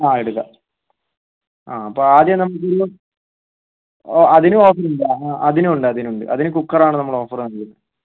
ആ എടുക്കാം ആ അപ്പോൾ ആദ്യം നമുക്കൊരു ഓ അതിനും ഓഫറുണ്ട് അതിനുണ്ട് അതിനുമുണ്ട് അതിന് കുക്കറാണ് നമ്മൾ ഓഫർ ചെയ്യണത്